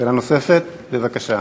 שאלה נוספת, בבקשה.